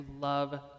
love